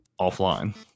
offline